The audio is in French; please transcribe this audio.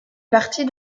partie